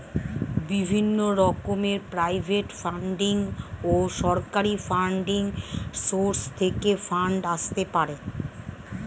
বিভিন্ন রকমের private funding ও সরকারি ফান্ডিং সোর্স থেকে ফান্ড আসতে পারে